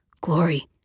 Glory